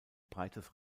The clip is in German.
breites